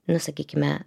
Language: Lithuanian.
nu sakykime